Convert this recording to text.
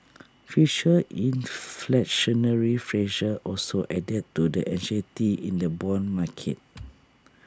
future inflationary pressure also added to the anxiety in the Bond market